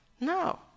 No